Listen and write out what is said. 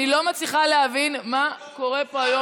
אני לא מצליחה להבין מה קורה פה היום.